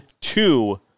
two